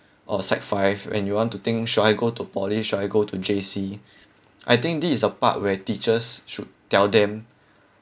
or sec five and you want to think should I go to poly should I go to J_C I think this is the part where teachers should tell them